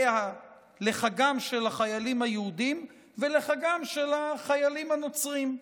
של החיילים היהודים ולחגם של החיילים הנוצרים.